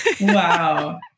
wow